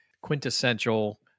quintessential